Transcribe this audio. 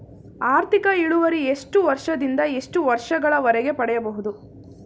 ಆರ್ಥಿಕ ಇಳುವರಿ ಎಷ್ಟು ವರ್ಷ ದಿಂದ ಎಷ್ಟು ವರ್ಷ ಗಳವರೆಗೆ ಪಡೆಯಬಹುದು?